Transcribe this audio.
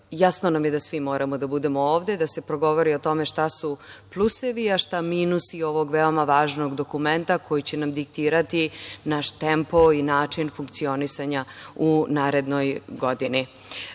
jasno nam je da svi moramo da budemo ovde, da se progovori o tome šta su plusevi a šta minusi ovog veoma važnog dokumenta, koji će nam diktirati naš tempo i način funkcionisanja u narednoj